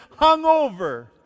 hungover